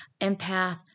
empath